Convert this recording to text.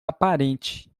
aparente